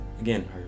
Again